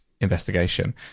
investigation